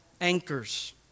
anchors